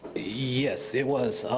yes, it was.